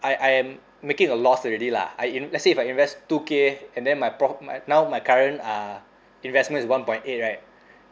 I I am making a loss already lah I in~ let's say if I invest two K and then my pro~ my now my current uh investment is one point eight right